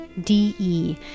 d-e